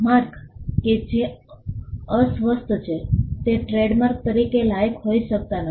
mark કે જે અસ્વસ્થ છે તે ટ્રેડમાર્ક તરીકે લાયક હોઈ શકતા નથી